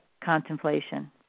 contemplation